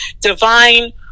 divine